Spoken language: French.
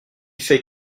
fait